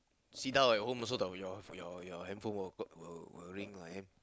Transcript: sit down at home also don't off your your handphone will will ring lah okay